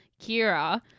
Kira